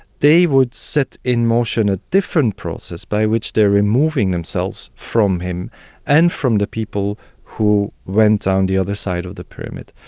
they would set in motion a different process by which they are removing themselves from him and from the people who went on the other side of the pyramid.